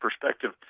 perspective